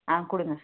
ஆ கொடுங்க